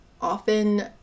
often